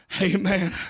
Amen